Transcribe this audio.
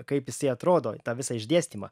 kaip jisai atrodo tą visą išdėstymą